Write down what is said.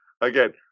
again